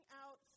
out